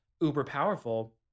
uber-powerful